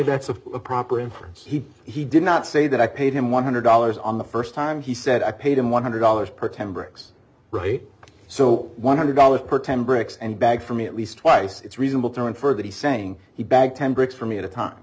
a proper inference he he did not say that i paid him one hundred dollars on the st time he said i paid him one hundred dollars per ten bricks right so one hundred dollars per ten bricks and bag for me at least twice it's reasonable to infer that he's saying he back ten bricks from me at a time